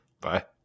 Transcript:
Bye